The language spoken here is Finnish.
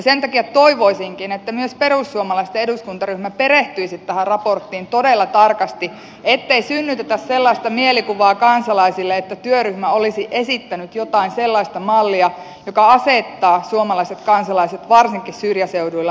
sen takia toivoisinkin että myös perussuomalaisten eduskuntaryhmä perehtyisi tähän raporttiin todella tarkasti ettei synnytetä kansalaisille sellaista mielikuvaa että työryhmä olisi esittänyt jotain sellaista mallia joka asettaa suomalaiset kansalaiset varsinkin syrjäseuduilla eriarvoiseen asemaan